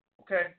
okay